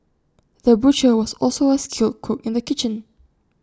the butcher was also A skilled cook in the kitchen